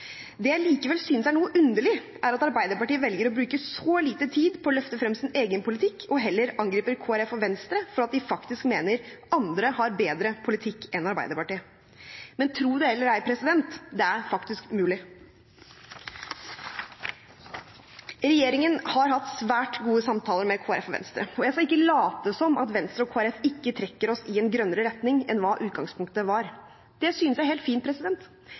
Det jeg likevel synes er noe underlig, er at Arbeiderpartiet velger å bruke så lite tid på å løfte frem sin egen politikk og heller angriper Kristelig Folkeparti og Venstre for at de faktisk mener at andre har bedre politikk enn Arbeiderpartiet. Men tro det eller ei: Det er faktisk mulig. Regjeringen har hatt svært gode samtaler med Kristelig Folkeparti og Venstre, og jeg skal ikke late som at Venstre og Kristelig Folkeparti ikke trekker oss i en grønnere retning enn hva utgangspunktet var. Det synes jeg er helt fint.